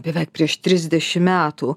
beveik prieš trisdešim metų